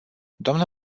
dnă